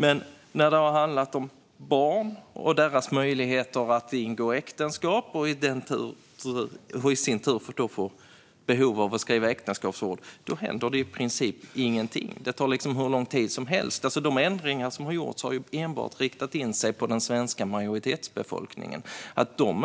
Men när det handlar om barn och deras möjligheter att ingå äktenskap och därtill behovet att skriva äktenskapsförord händer det i princip ingenting. Det tar hur lång tid som helst. De ändringar som har gjorts har enbart varit inriktade på att den svenska majoritetsbefolkningen